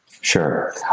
Sure